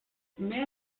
mehr